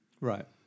Right